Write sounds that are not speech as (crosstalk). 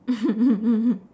(laughs)